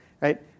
right